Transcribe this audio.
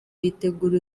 bitegura